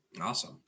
Awesome